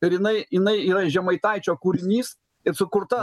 ir jinai jinai yra žemaitaičio kūrinys ir sukurta